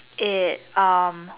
it's um